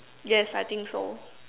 yes I think so